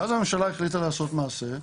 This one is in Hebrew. ואז הממשלה החליטה לעשות מעשה,